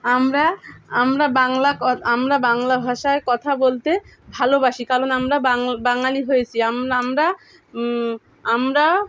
আমরা আমরা বাংলা ক আমরা বাংলা ভাষায় কথা বলতে ভালোবাসি কারণ আমরা বাং বাঙালি হয়েছি আমরা আমরা আমরা